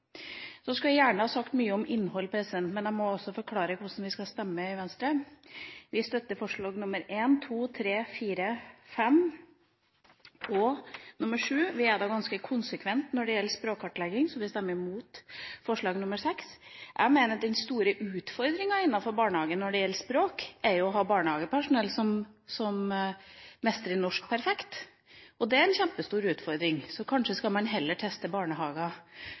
Så skulle jeg gjerne ha sagt mye om innholdet, men jeg må også forklare hvordan vi i Venstre skal stemme. Vi støtter forslagene nr. 1, 2, 3, 4, 5 og 7. Vi er ganske konsekvente når det gjelder språkkartlegging, så vi stemmer imot forslag nr. 6. Jeg mener at den store utfordringa for barnehager når det gjelder språk, er å ha barnehagepersonell som mestrer norsk perfekt. Det er en kjempestor utfordring, så kanskje man heller skal teste